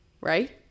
Right